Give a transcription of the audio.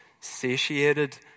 satiated